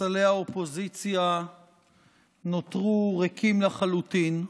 שספסלי האופוזיציה נותרו ריקים לחלוטין,